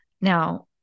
now